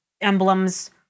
emblems